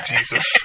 Jesus